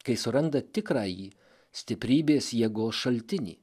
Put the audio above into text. kai suranda tikrąjį stiprybės jėgos šaltinį